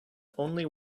only